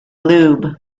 lube